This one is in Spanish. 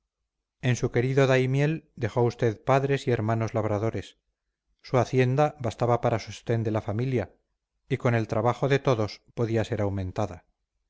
en su querido daimiel dejó usted padres y hermanos labradores su hacienda bastaba para sostén de la familia y con el trabajo de todos podía ser aumentada